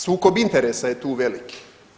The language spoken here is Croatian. Sukob interesa je tu velik.